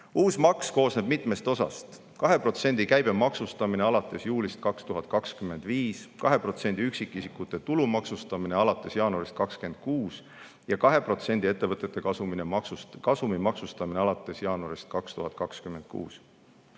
maks koosneb mitmest osast: 2% käibe maksustamine alates juulist 2025, 2% üksikisiku tulu maksustamine alates jaanuarist 2026 ja 2% ettevõtete kasumi maksustamine alates jaanuarist 2026.